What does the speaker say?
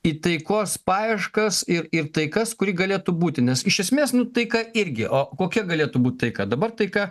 į taikos paieškas ir ir taikas kuri galėtų būti nes iš esmės nu taika irgi o kokia galėtų būti taika dabar taika